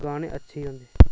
गाने अच्छे गै होंदे